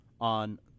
on